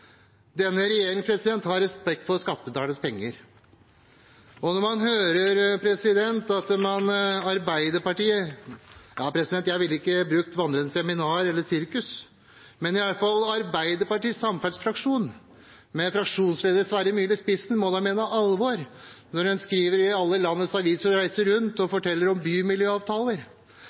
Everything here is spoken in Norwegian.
Denne regjeringen har respekt for skattebetalernes penger. Når man hører Arbeiderpartiet – ja, jeg ville ikke brukt ordene «vandrende seminar eller sirkus». Men i hvert fall Arbeiderpartiets samferdselsfraksjon, med fraksjonsleder Sverre Myrli i spissen, må da mene alvor når de skriver i alle landets aviser – og reiser rundt og forteller om bymiljøavtaler